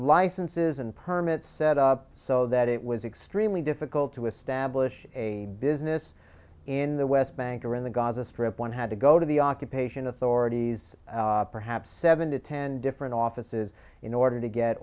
licenses and permits set up so that it was extremely difficult to establish a business in the west bank or in the gaza strip one had to go to the occupation authorities perhaps seven to ten different offices in order to get